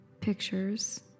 pictures